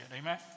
Amen